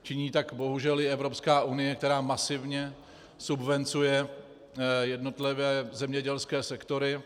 Činí tak bohužel i Evropská unie, která masivně subvencuje jednotlivé zemědělské sektory.